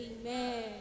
Amen